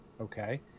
okay